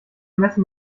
messen